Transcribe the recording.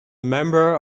member